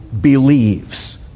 believes